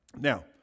Now